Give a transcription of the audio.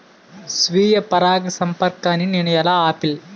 స్వీయ పరాగసంపర్కాన్ని నేను ఎలా ఆపిల్?